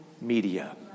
media